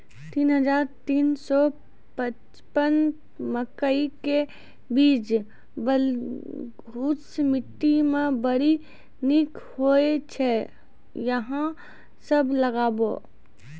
तीन हज़ार तीन सौ पचपन मकई के बीज बलधुस मिट्टी मे बड़ी निक होई छै अहाँ सब लगाबु?